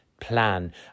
plan